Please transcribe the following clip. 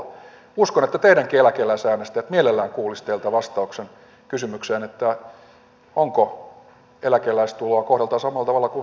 uskon että teidänkin eläkeläisäänestäjänne mielellään kuulisivat teiltä vastauksen kysymykseen onko eläkeläistuloa kohdeltava samalla tavalla kuin työssä olevan tuloa